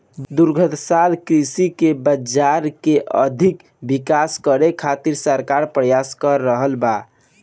दुग्धशाला कृषि के बाजार के अधिक विकसित करे खातिर सरकार प्रयास क रहल बा